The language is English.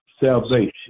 salvation